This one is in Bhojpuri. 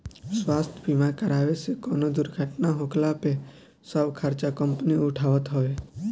स्वास्थ्य बीमा करावे से कवनो दुर्घटना होखला पे सब खर्चा कंपनी उठावत हवे